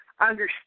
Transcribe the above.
understand